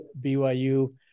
BYU